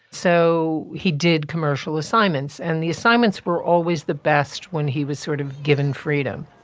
so he did commercial assignments. and the assignments were always the best when he was sort of given freedom